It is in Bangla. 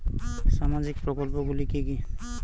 সামাজিক প্রকল্প গুলি কি কি?